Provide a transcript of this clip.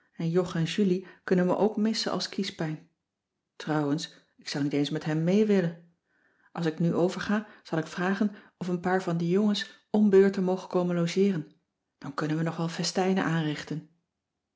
en jog en julie kunnen me ook missen als kiespijn trouwens ik zou niet eens met hen mee willen als ik nu overga zal cissy van marxveldt de h b s tijd van joop ter heul ik vragen of een paar van de jongens om beurten mogen komen logeeren dan kunnen we nog wel festijnen aanrichten